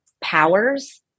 powers